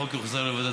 עיסאווי,